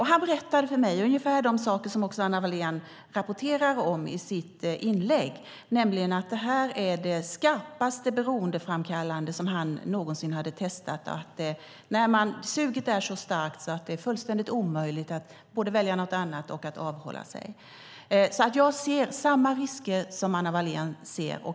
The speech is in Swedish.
Han berättade för mig ungefär de saker som också Anna Wallén rapporterar om i sitt inlägg. Det var det starkaste beroendeframkallande som han någonsin hade testat. Suget är så starkt att det är fullständigt omöjligt att både välja något annat och att avhålla sig. Jag ser samma risker som Anna Wallén ser.